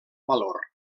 valor